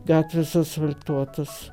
gatvės asfaltuotos